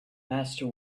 master